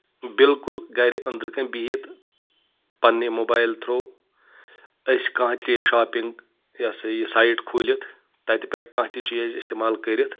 بِلکُل گرِ أنٛدرٕ کنۍ بِہِتھ پنٕنہِ موبایل تھرو أسۍ کانٛہہ تہِ شاپنگ یہِ سایٹ کھوٗلِتھ تَتہِ پؠٹھ کانٛہہ تہِ چیٖز اِستعمال کٔرِتھ